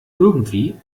irgendwie